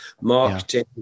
marketing